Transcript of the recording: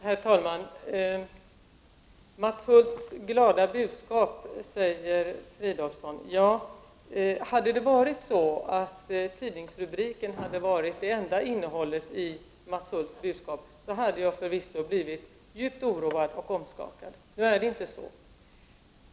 Herr talman! ”Mats Hulths glada budskap” säger Fridolfsson. Om tidningsrubriken hade varit det enda innehållet i Mats Hulths budskap, hade jag förvisso blivit djupt oroad och omskakad. Nu är det inte så.